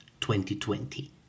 2020